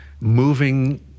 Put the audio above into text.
moving